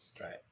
Right